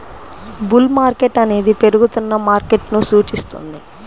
bull market అనేది పెరుగుతున్న మార్కెట్ను సూచిస్తుంది